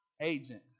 agent